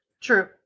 True